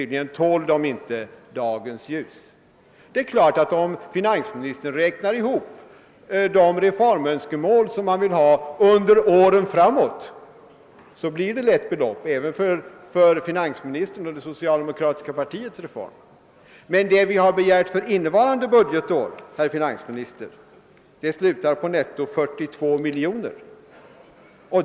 De tål tydligen inte dagens ljus. Det är klart att det om finansministern räknar ihop kostnaderna för kommande års reformer blir rätt stora belopp även för finansministern och det socialdemokratiska partiet. Men det vi begärt för innevarande budgetår, herr finansminister, slutar på netto 42 miljoner.